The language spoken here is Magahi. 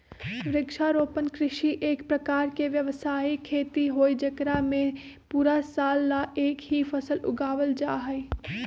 वृक्षारोपण कृषि एक प्रकार के व्यावसायिक खेती हई जेकरा में पूरा साल ला एक ही फसल उगावल जाहई